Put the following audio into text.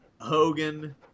Hogan